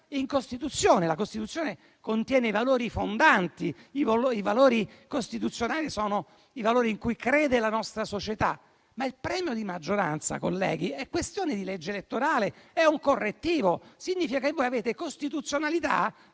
in Costituzione. La Costituzione contiene i valori fondanti. I valori costituzionali sono quelli in cui la nostra società crede. Il premio di maggioranza, però, colleghi, è questione di legge elettorale, è un correttivo. Significa che voi avete dato costituzionalità